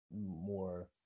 more